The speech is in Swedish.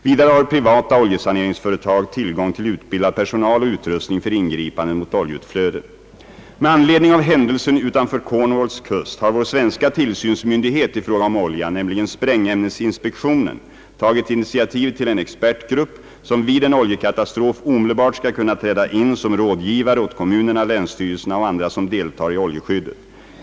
Vidare har privata oljesaneringsföretag tillgång till utbildad personal och utrustning för ingripande mot oljeutflöden. Med anledning av händelsen utanför Cornwalls kust har vår svenska tillsynsmyndighet i fråga om olja, nämligen sprängämnesinspektionen, tagit initiativet till en expertgrupp, som vid en oljekatastrof omedelbart skall kunna träda in som rådgivare åt kommunerna, länsstyrelserna och andra som deltar i oljeskyddet.